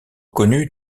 connu